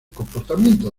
comportamiento